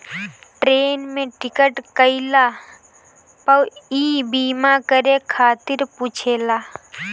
train में ticket कईला पअ इ बीमा करे खातिर पुछेला